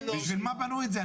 בשביל מה בנו את זה?